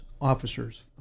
officers